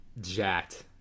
jacked